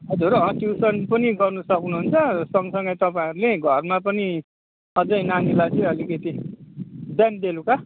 हजुर अँ ट्युसन पनि गर्नु सक्नुहुन्छ सँगसँगै तपाईँहरूले घरमा पनि अझै नानीलाई चाहिँ अलिकति बिहान बेलुका